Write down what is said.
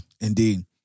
Indeed